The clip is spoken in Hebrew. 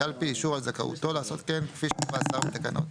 הקלפי אישור על זכאותו לעשות כן כפי שקבע השר בתקנות.